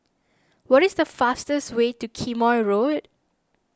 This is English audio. what is the fastest way to Quemoy Road